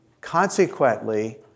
Consequently